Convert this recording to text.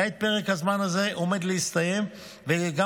כעת פרק הזמן הזה עומד להסתיים וגם